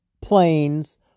planes